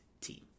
team